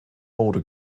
mode